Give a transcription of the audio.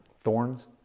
thorns